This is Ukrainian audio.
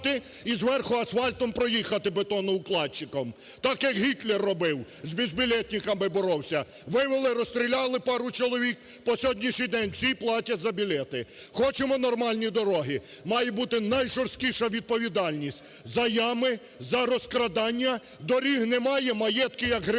і зверху асфальтом проїхати бетоноукладчиком. Так, як Гітлер робив, з безбілетниками боровся: вивели, розстріляли пару чоловік, по сьогоднішній день всі платять за білети. Хочемо нормальні дороги, має бути найжорсткіша відповідальність за ями, за розкрадання. Доріг немає, маєтки, як гриби